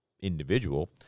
individual